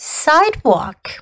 sidewalk